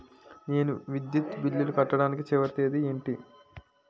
నేను విద్యుత్ బిల్లు కట్టడానికి చివరి తేదీ ఏంటి?